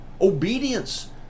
obedience